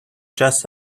just